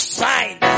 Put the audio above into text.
sign